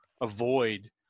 avoid